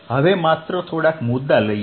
હવે માત્ર થોડાક મુદ્દા લઈએ